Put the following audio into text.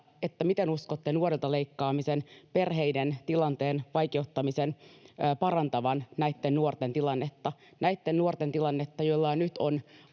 miten uskotte nuorilta leikkaamisen, perheiden tilanteen vaikeuttamisen parantavan näitten nuorten tilannetta, joilla nyt on